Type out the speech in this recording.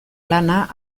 lana